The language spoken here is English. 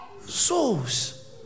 Souls